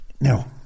Now